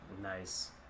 Nice